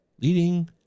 Leading